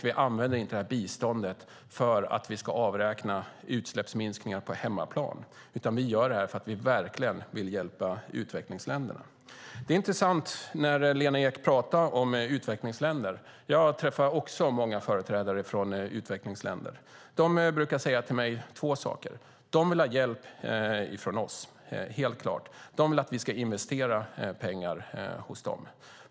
Vi använder inte biståndet för att avräkna utsläppsminskningar på hemmaplan, utan vi gör det här för att vi verkligen vill hjälpa utvecklingsländerna. Det är intressant när Lena Ek pratar om utvecklingsländer. Jag träffar också många företrädare för utvecklingsländer. De brukar säga två saker till mig. De vill ha hjälp från oss, helt klart. De vill att vi ska investera pengar hos dem.